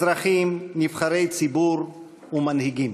אזרחים, נבחרי ציבור ומנהיגים.